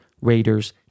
Raiders